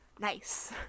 Nice